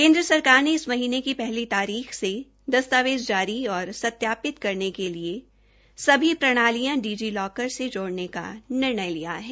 केन्द्र सरकार ने इस महीने की पहली तारीख से दस्तावेज जारी और सत्यापित करने के लिए सभी प्रणालियां डिजि लॉकर से जोड़ने का निर्णय लिया है